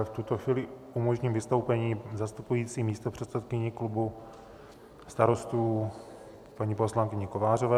V tuto chvíli umožním vystoupení zastupující místopředsedkyni klubu Starostů, paní poslankyni Kovářové.